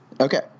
Okay